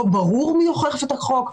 לא ברור מי אוכף את החוק,